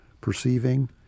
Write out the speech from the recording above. perceiving